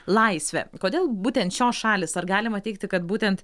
laisvė kodėl būtent šios šalys ar galima teigti kad būtent